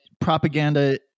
propaganda